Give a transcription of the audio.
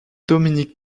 dominic